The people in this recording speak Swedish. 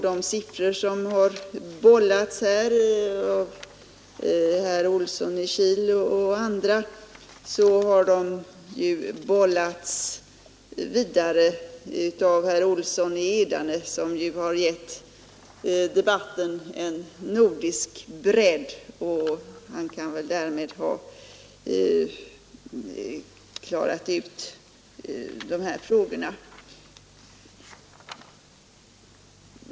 De siffror som har bollats med av herr Olsson i Kil och andra har ju bollats vidare av herr Olsson i Edane, som har gett debatten en nordisk bredd — och han kan väl därmed anses ha klarat ut de här frågorna.